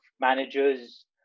managers